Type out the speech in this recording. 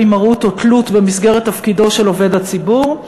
מרות או תלות במסגרת תפקידו של עובד הציבור,